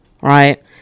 right